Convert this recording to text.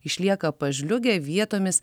išlieka pažliugę vietomis